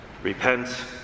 repent